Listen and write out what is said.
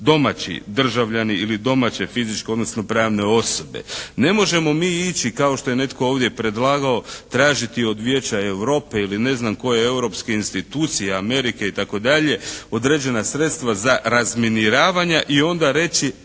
domaći državljani ili domaće fizičke odnosno pravne osobe. Ne možemo mi ići kao što je ovdje netko ovdje predlagao tražiti od Vijeća Europe ili ne znam koje europske institucije, Amerike, itd. određena sredstva za razminiravanja i onda reći